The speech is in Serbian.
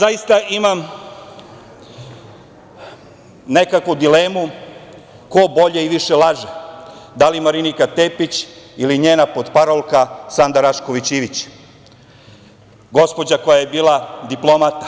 Zaista imam nekako dilemu ko bolje i više laže, da li Marinika Tepić, ili njena potparolka Sanda Rašković Ivić, gospođa koja je bila diplomata,